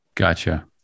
Gotcha